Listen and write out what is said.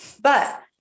But-